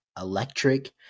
electric